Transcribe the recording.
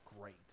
great